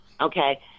okay